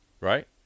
right